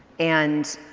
and